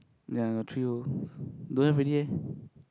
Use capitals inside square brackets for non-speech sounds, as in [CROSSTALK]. ya true [BREATH] don't have already eh